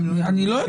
אני לא יודע.